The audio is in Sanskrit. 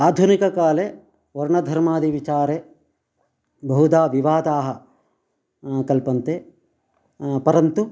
आधुनिककाले वर्णधर्मादिविचारे बहुधा विवादाः कल्पन्ते परन्तु